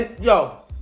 Yo